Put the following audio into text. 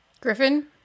Griffin